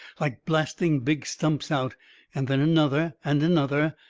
like blasting big stumps out and then another and another.